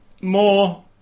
more